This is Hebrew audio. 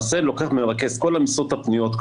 מרכז את כל המשרות הפנויות,